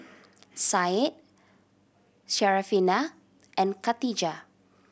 Said Syarafina and Katijah